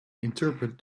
interpret